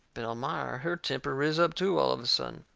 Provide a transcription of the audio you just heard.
but elmira, her temper riz up too, all of a sudden.